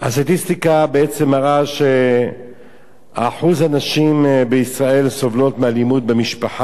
הסטטיסטיקה בעצם מראה שאחוז מהנשים בישראל סובלות מאלימות במשפחה,